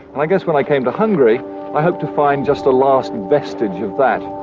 i guess when i came to hungary i hopes to find just a last vestige of that.